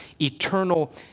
eternal